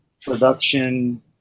production